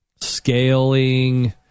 Scaling